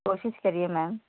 कोशिश करिए मैम